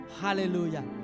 Hallelujah